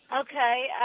Okay